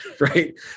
right